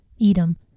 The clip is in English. Edom